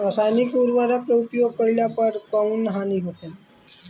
रसायनिक उर्वरक के उपयोग कइला पर कउन हानि होखेला?